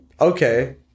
Okay